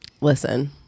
Listen